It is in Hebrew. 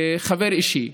חבר אישי,